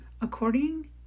According